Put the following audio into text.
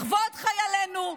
לכבוד חיילינו,